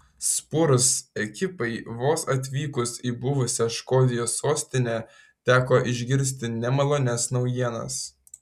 spurs ekipai vos atvykus į buvusią škotijos sostinę teko išgirsti nemalonias naujienas